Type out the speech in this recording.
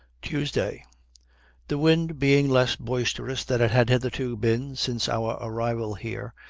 tuesday the wind being less boisterous than it had hitherto been since our arrival here,